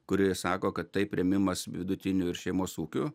kuri sako kad taip rėmimas vidutinių ir šeimos ūkių